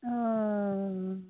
ᱚᱻ